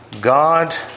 God